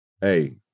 hey